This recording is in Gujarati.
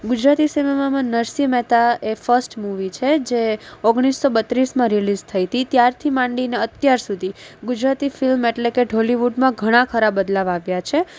ગુજરાતી સિનેમામાં નરસિંહ મહેતા એ ફર્સ્ટ મૂવી છે જે ઓગણીસો બત્રીસમાં રીલીઝ થઈ તી ત્યારથી માંડીને અત્યાર સુધી ગુજરાતી ફિલ્મ એટલે કે ઢોલિવૂડમાં ઘણા ખરા બદલાવ આવ્યા છે